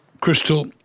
Crystal